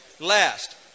last